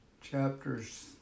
Chapters